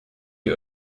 die